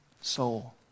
soul